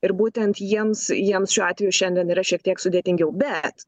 ir būtent jiems jiems šiuo atveju šiandien yra šiek tiek sudėtingiau bet